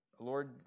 Lord